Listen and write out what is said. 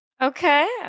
Okay